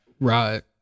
Right